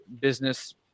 business